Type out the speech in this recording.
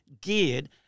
geared